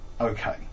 okay